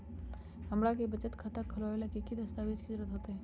हमरा के बचत खाता खोलबाबे ला की की दस्तावेज के जरूरत होतई?